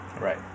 Right